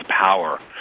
power